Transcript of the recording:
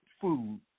food